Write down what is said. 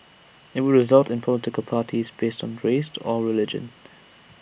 IT would result in political parties based on race or religion